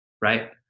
right